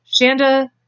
Shanda